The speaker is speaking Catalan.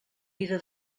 vida